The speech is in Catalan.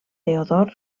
teodor